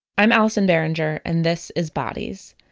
i'm allison behringer and this is bodies,